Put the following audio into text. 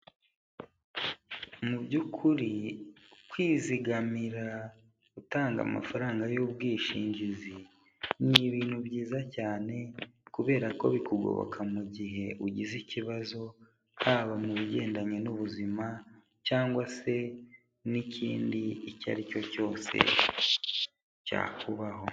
Mu by'ukuri kwizigamira gutanga amafaranga y'ubwishingizi, ni ibintu byiza cyane kubera ko bikugoboka mu gihe ugize ikibazo, haba mu bigendanye n'ubuzima cyangwa se n'ikindi icyo ari cyo cyose cyakubaho.